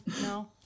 no